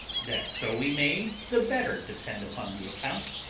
that so we may the better depend upon the account,